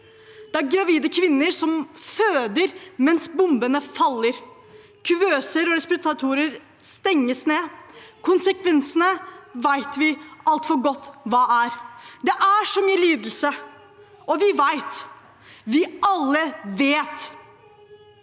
Det er gravide kvinner som føder mens bombene faller. Kuvøser og respiratorer stenges ned. Konsekvensene vet vi altfor godt hva er. Det er så mye lidelse. Og vi vet. Vi alle vet.